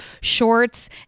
shorts